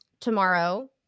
tomorrow